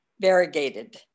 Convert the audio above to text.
variegated